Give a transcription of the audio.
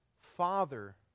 Father